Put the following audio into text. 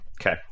Okay